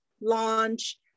launch